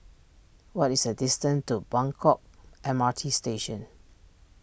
what is the distance to Buangkok M R T Station